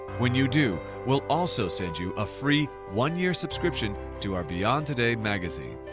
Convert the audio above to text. when you do we'll also send you a free one year subscription to our beyond today magazine.